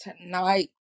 tonight